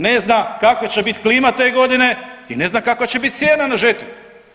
Ne zna kakva će bit klima te godine i ne zna kakva će biti cijena na žetvi.